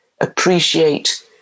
Appreciate